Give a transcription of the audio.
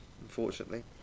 unfortunately